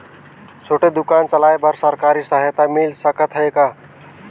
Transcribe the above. छोटे दुकान चलाय बर सरकारी सहायता मिल सकत हे का?